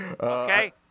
okay